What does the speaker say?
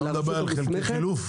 אתה מדבר על חלקי חילוף?